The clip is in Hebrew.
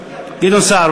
גדעון סער,